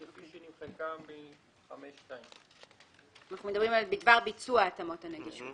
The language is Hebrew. כפי שנמחקה מסעיף 5(2). אנחנו מדברים "בדבר ביצוע התאמות הנגישות".